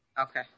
Okay